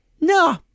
no